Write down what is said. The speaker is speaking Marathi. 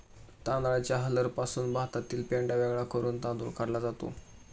तांदळाच्या हलरपासून भातातील पेंढा वेगळा करून तांदूळ काढला जातो